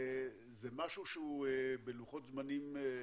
זה משהו שהוא בלוחות זמנים מבצעיים,